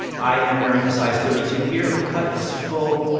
i am wearing a size thirty two here. the cut is full.